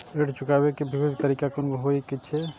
ऋण चुकाबे के विभिन्न तरीका कुन कुन होय छे?